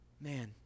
Man